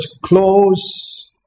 close